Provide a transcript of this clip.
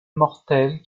mortels